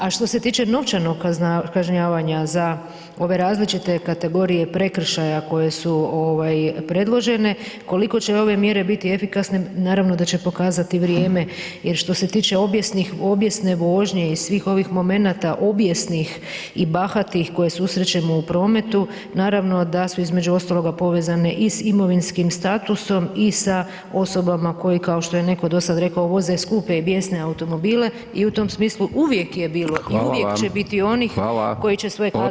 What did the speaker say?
A što se tiče novčanog kažnjavanja za ove različite kategorije prekršaja koje su ovaj predložene, koliko će ove mjere biti efikasne naravno da će pokazati vrijeme, jer što se tiče obijesnih, obijesne vožnje i svih ovih momenata obijesnih i bahatih koje susrećemo u prometu naravno da su između ostaloga povezane i s imovinskim statusom i sa osobama koji kao što je netko do sad rekao, uvoze skupe i bjesne automobile i u tom smislu uvijek je bilo [[Upadica: Hvala vam]] i uvijek će biti onih [[Upadica: Hvala]] koji će svoje kazne [[Upadica: Odgovor izvolite]] moći izbjeći.